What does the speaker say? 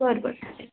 बरं बरं ठीक